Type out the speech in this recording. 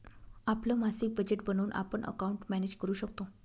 आपलं मासिक बजेट बनवून आपण अकाउंट मॅनेज करू शकतो